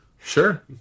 Sure